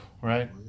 right